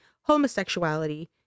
homosexuality